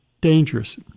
dangerous